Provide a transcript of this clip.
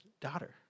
daughter